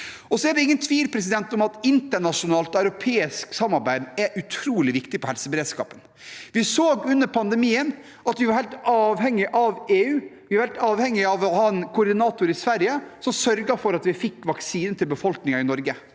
Det er ingen tvil om at internasjonalt og europeisk samarbeid er utrolig viktig for helseberedskapen. Vi så under pandemien at vi var helt avhengig av EU, vi var helt avhengig av å ha en koordinator i Sverige som sørget for at vi fikk vaksiner til befolkningen i Norge.